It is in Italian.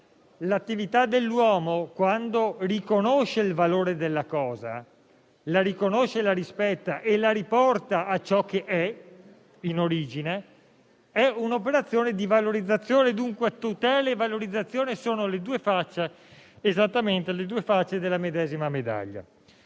l'attività dell'uomo, quando riconosce il valore di una cosa, la rispetta e la riporta a ciò che è in origine, è un'operazione di valorizzazione. Tutela e valorizzazione, quindi, sono esattamente due facce della medesima medaglia.